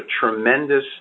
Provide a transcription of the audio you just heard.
tremendous